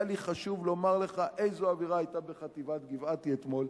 היה לי חשוב לומר לך איזו אווירה היתה בחטיבת גבעתי אתמול,